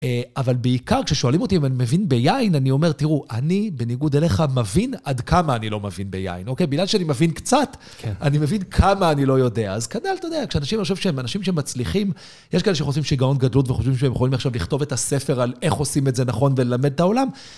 אבל בעיקר, כששואלים אותי אם אני מבין ביין, אני אומר, תראו, אני, בניגוד אליך, מבין עד כמה אני לא מבין ביין, אוקיי? בגלל שאני מבין קצת, אני מבין כמה אני לא יודע. אז כדאי, אתה יודע, כשאנשים, אני חושב שהם אנשים שמצליחים, יש כאלה שחושבים שגעון גדלות וחושבים שהם יכולים עכשיו לכתוב את הספר על איך עושים את זה נכון וללמד את העולם.